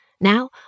Now